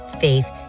faith